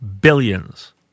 billions